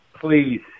Please